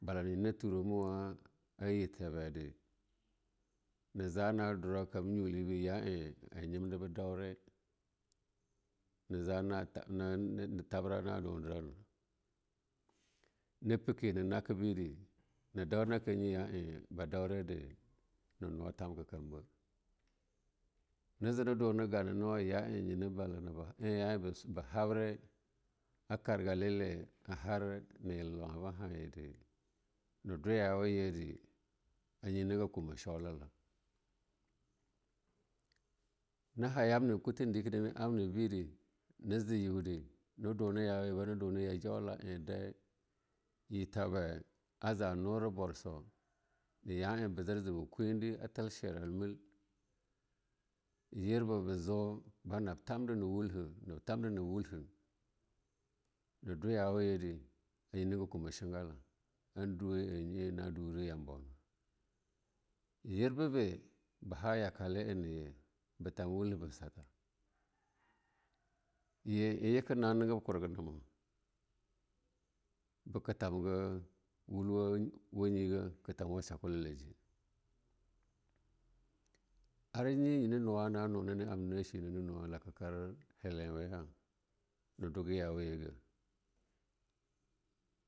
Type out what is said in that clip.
Bala na nye na turoma wa a yir tabai de, na za nadura kam nyu be ja eh ba nyubde ba daure, na ja ra tabra na dudarana, napeke ne naka bide, na daunake nye ya eh ba daure de na nuwa tamka kam ba, na je na dune de balana, nye na ba habre a kargalele ba habre na yilellauha he de na dwa yawa yidde ayine naga kuma shaulala. Nya ha yamna kuten deke bide, ne je yade na dume ya yude ne je na jana bana dune ya jaura'a dai, yir taba a ja a nuura bwarsama, na ya eh ba zar ba zaba kunde a talshera la mil yirba ba zo banab tamda na wurha-nab tamda na wulha na duleya wa yire anyi nega kuma shegala an duwaya a nye ena duri yambona, anyi nega kuma shengala. Yirbabe ba haya yakalena ye ba tamb wulha ba satha. Ye a yeken na negem kurgenama, beka tanga wulwa nyega katam wa shwakwa je, ar nye nyina nuwa na nu na abnana na shede na ne nuwa a lakakar helewe ya, na duga ya wa ye ge.